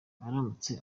aramutse